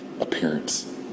appearance